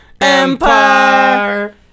Empire